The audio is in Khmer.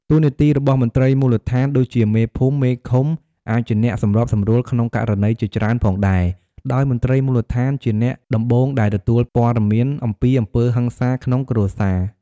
តួនាទីរបស់មន្ត្រីមូលដ្ឋាន ដូចជាមេភូមិ មេឃុំ អាចជាអ្នកសម្របសម្រួលក្នុងករណីជាច្រើនផងដែរ ដោយមន្ត្រីមូលដ្ឋានជាអ្នកដំបូងដែលទទួលព័ត៌មានអំពីអំពើហិង្សាក្នុងគ្រួសារ។